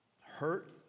hurt